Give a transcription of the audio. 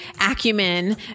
acumen